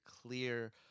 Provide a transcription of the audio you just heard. clear